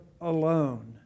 alone